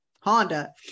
Honda